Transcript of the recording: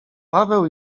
paweł